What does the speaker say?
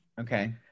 Okay